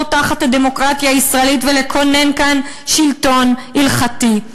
תחת הדמוקרטיה הישראלית ולכונן כאן שלטון הלכתי.